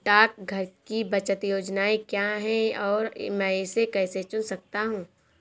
डाकघर की बचत योजनाएँ क्या हैं और मैं इसे कैसे चुन सकता हूँ?